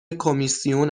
کمیسیون